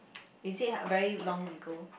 is it h~ very long ago